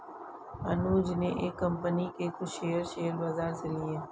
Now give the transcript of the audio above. अनुज ने एक कंपनी के कुछ शेयर, शेयर बाजार से लिए